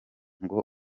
ngo